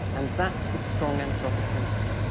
and that's the strong anthropic principle.